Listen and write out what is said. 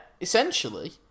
essentially